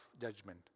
judgment